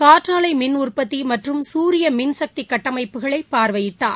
காற்றலை மின் உற்பத்தி மற்றும் சூரிய மின் சக்தி கட்டமைப்புகளை பார்வையிட்டார்